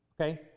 Okay